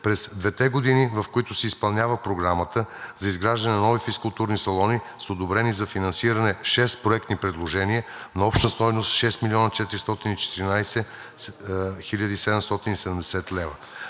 През двете години, в които се изпълнява Програмата за изграждане на нови физкултурни салони, са одобрени за финансиране шест проектни предложения на обща стойност 6 млн. 414 хил.